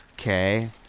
okay